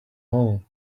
hollow